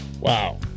wow